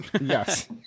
yes